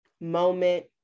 moment